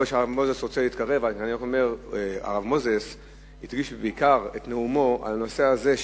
הרב מוזס הקדיש את עיקר נאומו לנושא הזה,